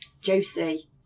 Josie